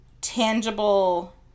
tangible